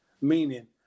Meaning